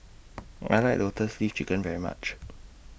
I like Lotus Leaf Chicken very much